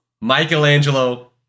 Michelangelo